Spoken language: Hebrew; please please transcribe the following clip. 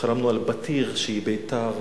חלמנו על בתיר שהיא ביתר,